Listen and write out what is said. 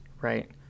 right